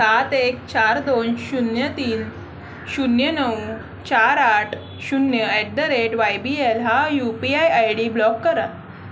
सात एक चार दोन शून्य तीन शून्य नऊ चार आठ शून्य at the rate Y B L हा U P I I D block करा